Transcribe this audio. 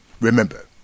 remember